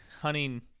hunting